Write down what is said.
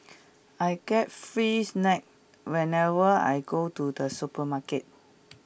I get free snacks whenever I go to the supermarket